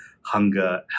hunger